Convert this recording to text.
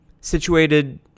situated